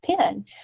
pen